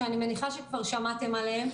שאני מניחה שכבר שמעתם עליה.